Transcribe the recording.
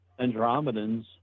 andromedans